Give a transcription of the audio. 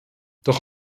doch